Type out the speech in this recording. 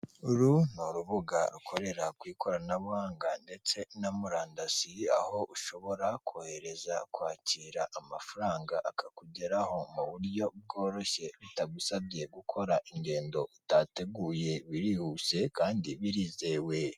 Uru ni urubuga rukorera ku ikoranabuhanga ndetse na murandasi, aho ushobora kohereza, kwakira amafaranga akakugeraho mu buryo bworoshye bitagusabye gukora ingendo utateguye, birihuse kandi birizewe.